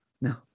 No